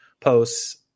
posts